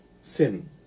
sin